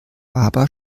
aber